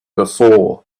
before